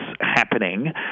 happening